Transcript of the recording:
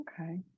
okay